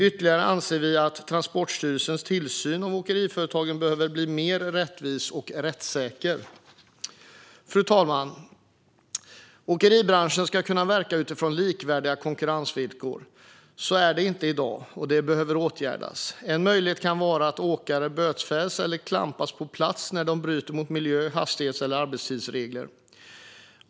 Ytterligare anser vi att Transportstyrelsens tillsyn av åkeriföretagen behöver bli mer rättvis och rättssäker. Fru talman! Åkeribranschen ska kunna verka utifrån likvärdiga konkurrensvillkor. Så är det inte i dag, och det behöver åtgärdas. En möjlighet kan vara att åkare bötfälls eller klampas på plats när de bryter mot miljö, hastighets eller arbetstidsregler.